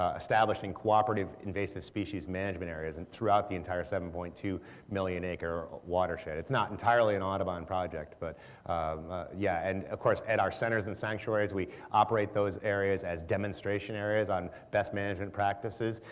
ah establishing cooperative invasive species management areas and throughout the entire seven point two million acre watershed. it's not entirely an audubon project but yeah. and of course at our centers and sanctuaries we operate those areas as demonstration areas on best management practices,